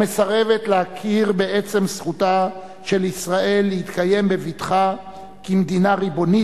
המסרבת להכיר בעצם זכותה של ישראל להתקיים בבטחה כמדינה ריבונית,